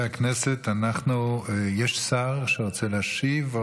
יש שר שרוצה להשיב?